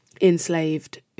enslaved